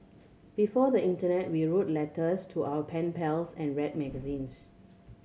before the internet we wrote letters to our pen pals and read magazines